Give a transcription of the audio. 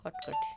হটকাঠি